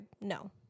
no